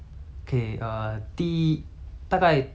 the first time I met you lah like the